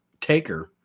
Taker